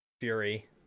fury